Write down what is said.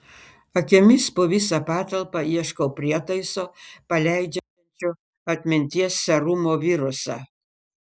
akimis po visą patalpą ieškau prietaiso paleidžiančio atminties serumo virusą